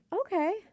okay